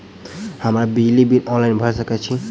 हम बिजली bill online भैर सकै छी?